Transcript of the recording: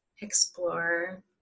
explore